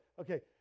Okay